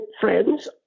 friends